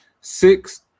six